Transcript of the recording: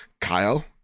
Kyle